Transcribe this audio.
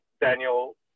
Daniel